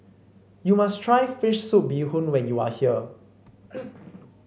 you must try fish soup Bee Hoon when you are here